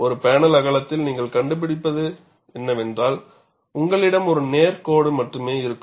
ஒரு பேனல் அகலத்தில் நீங்கள் காண்பது என்னவென்றால் உங்களிடம் ஒரு நேர் கோடு மட்டுமே இருக்கும்